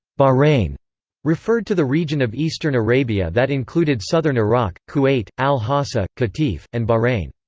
bahrain referred to the region of eastern arabia that included southern iraq, kuwait, al-hasa, qatif, and bahrain.